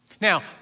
Now